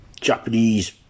Japanese